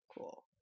Cool